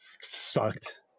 sucked